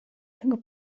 tego